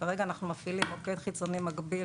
כרגע אנחנו מפעילים מוקד חיצוני מקביל